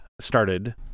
started